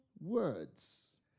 words